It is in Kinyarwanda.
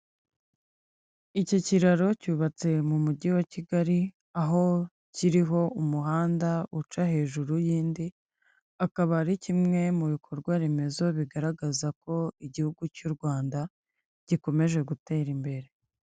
Iki kiraro cyubatse mu mujyi wa Kigali aho kiriho umuhanda uca hejuru y'indi, akaba ari kimwe mu bikorwa remezo bigaragaza ko igihugu cy'u Rwanda gikomeje gutera imbere.